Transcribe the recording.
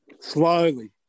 Slowly